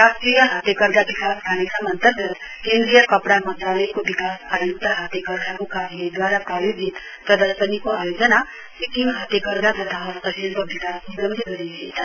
राष्ट्रिय हातेकर्धा विकास कार्यक्रम अन्तर्गत केन्द्रीय कपड़ा मन्त्रालयको विकास आयुक्त हाते कर्धा को कार्यालयद्वारा प्रायोजित प्रदर्शनीको आयोजना सिक्किम हातेकर्धा तथा हस्तशिल्प विकास निगमले गरिरहेछ